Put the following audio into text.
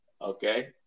Okay